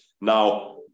Now